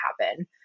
happen